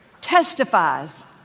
testifies